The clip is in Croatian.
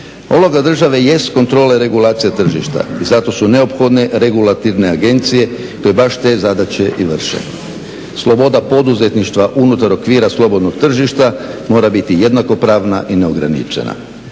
Uloga države jest kontrola i regulacija tržišta i zato su neophodne regulatorne agencije koje baš te zadaće i vrše. Sloboda poduzetništva unutar okvira slobodnog tržišta mora biti jednakopravna i neograničena,